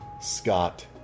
Scott